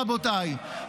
רבותיי,